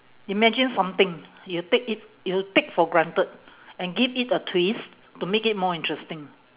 imagine something you take it you take for granted and give it a twist to make it more interesting